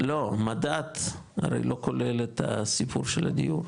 מדד, הרי לא כולל את הסיפור של הדיור.